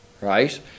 right